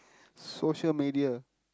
social media